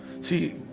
see